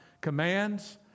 commands